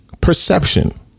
perception